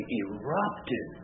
erupted